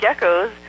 geckos